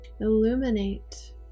illuminate